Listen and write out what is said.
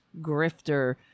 grifter